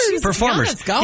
Performers